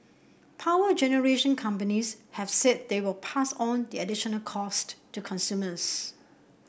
power generation companies have said they will pass on the additional costs to consumers